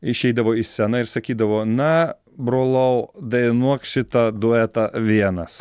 išeidavo į sceną ir sakydavo na brolau dainuok šitą duetą vienas